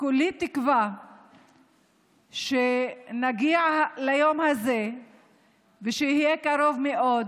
כולי תקווה שנגיע ליום הזה בקרוב מאוד,